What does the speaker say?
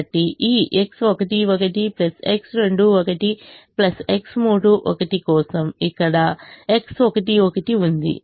కాబట్టి ఈ X11 X21 X31 కోసం ఇక్కడ X11 ఉంది